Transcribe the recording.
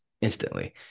instantly